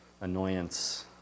annoyance